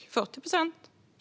Är det 40 procent